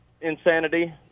insanity